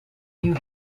new